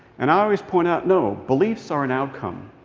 and i always point out, no, beliefs are an outcome.